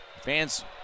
Fans